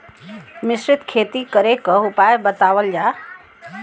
मिश्रित खेती करे क उपाय बतावल जा?